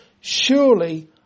surely